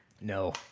No